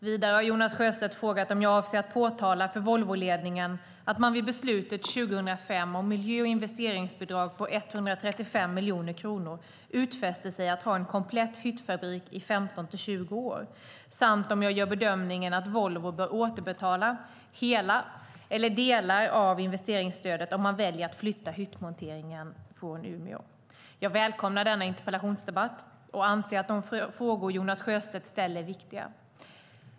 Vidare har Jonas Sjöstedt frågat om jag avser att påtala för Volvoledningen att man vid beslutet 2005 om miljö och investeringsbidrag på 135 miljoner kronor utfäste sig att ha en komplett hyttfabrik i 15-20 år samt om jag gör bedömningen att Volvo bör återbetala hela eller delar av det investeringsstödet om man väljer att flytta hyttmonteringen från Umeå. Jag välkomnar denna interpellationsdebatt och anser att de frågor Jonas Sjöstedt ställer är viktiga.